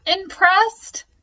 impressed